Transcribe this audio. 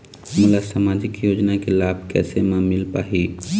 मोला सामाजिक योजना के लाभ कैसे म मिल पाही?